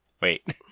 Wait